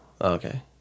okay